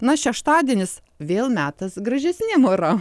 na o šeštadienis vėl metas gražesniem oram